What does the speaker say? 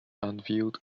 enfield